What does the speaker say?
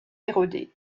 érodé